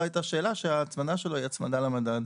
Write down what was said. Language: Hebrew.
לא הייתה שאלה שההצמדה שלו היא הצמדה למדד.